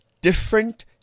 different